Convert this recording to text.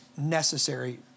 necessary